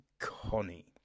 Connie